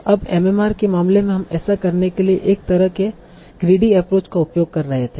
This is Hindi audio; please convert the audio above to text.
अब MMR के मामले में हम ऐसा करने के लिए एक तरह के ग्रीडी एप्रोच का उपयोग कर रहे थे